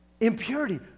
impurity